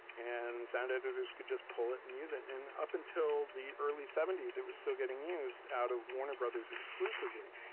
and sound editors could just pull it and use it! and up until the early seventies it was still getting used out of warner brothers exclusively.